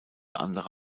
andere